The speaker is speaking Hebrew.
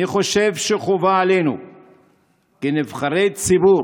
אני חושב שחובה עלינו כנבחרי ציבור